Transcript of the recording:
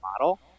model